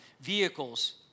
vehicles